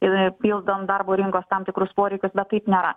ir pildant darbo rinkos tam tikrus poreikius bet taip nėra